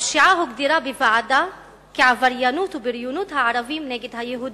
הפשיעה הוגדרה בוועדה כעבריינות ובריונות הערבים נגד היהודים,